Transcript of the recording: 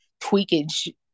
tweakage